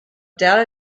data